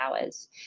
hours